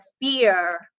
fear